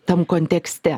tam kontekste